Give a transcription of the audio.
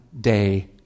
day